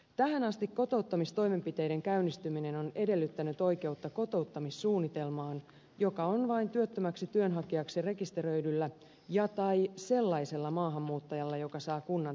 tähän asti kotouttamistoimenpiteiden käynnistyminen on edellyttänyt oikeutta kotouttamissuunnitelmaan joka on vain työttömäksi työnhakijaksi rekisteröidyllä tai sellaisella maahanmuuttajalla joka saa kunnan toimeentulotukea